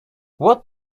what